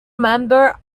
member